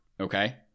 okay